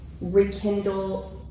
rekindle